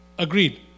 agreed